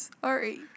sorry